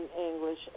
English